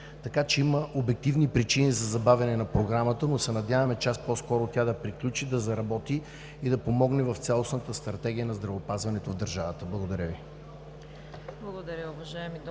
Така че има обективни причини за забавяне на програмата, но се надяваме час по-скоро тя да приключи, да заработи и да помогне в цялостната стратегия на здравеопазването в държавата. Благодаря Ви.